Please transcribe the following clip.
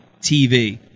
TV